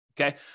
okay